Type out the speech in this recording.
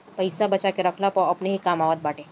पईसा बचा के रखला पअ अपने ही काम आवत बाटे